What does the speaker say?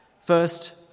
First